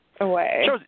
away